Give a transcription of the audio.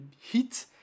heat